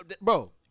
bro